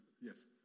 Yes